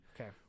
Okay